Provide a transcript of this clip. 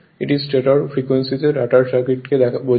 এটি স্টেটর ফ্রিকোয়েন্সিতে রটার সার্কিটকে বোঝায়